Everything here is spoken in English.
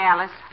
Alice